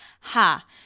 Ha